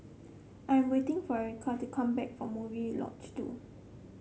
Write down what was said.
I am waiting for Erica to come back from Murai Lodge Two